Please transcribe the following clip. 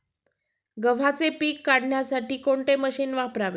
गव्हाचे पीक काढण्यासाठी कोणते मशीन वापरावे?